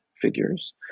figures